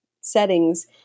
settings